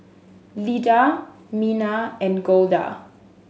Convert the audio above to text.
Lida Mina and Golda